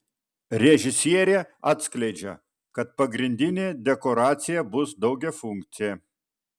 režisierė atskleidžia kad pagrindinė dekoracija bus daugiafunkcė